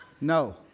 No